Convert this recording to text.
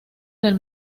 del